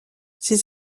ses